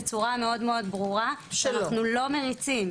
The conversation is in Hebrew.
השבתי קודם בצורה מאוד-מאוד ברורה שאנחנו לא מריצים.